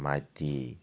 Maiti